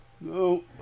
No